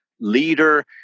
leader